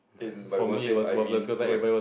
in my worth it I mean to like